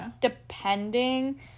depending